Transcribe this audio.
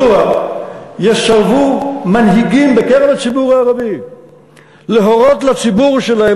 מדוע יסרבו מנהיגים בקרב הציבור הערבי להורות לציבור שלהם,